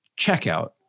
checkout